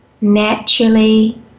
naturally